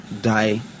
die